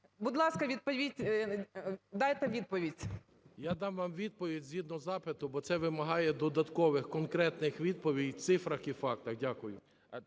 Будь ласка, дайте відповідь. 10:56:30 КУБІВ С.І. Я дам вам відповідь згідно запиту, бо це вимагає додаткових конкретних відповідей у цифрах і фактах. Дякую.